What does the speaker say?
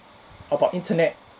about internet